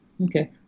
Okay